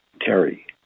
Terry